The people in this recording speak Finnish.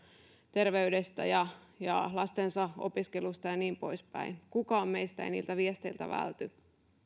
terveydestä ja ja lastensa opiskeluista ja niin poispäin kukaan meistä ei niiltä viesteiltä välty